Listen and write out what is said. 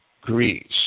Greece